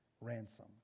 ransom